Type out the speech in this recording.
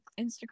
Instagram